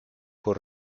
col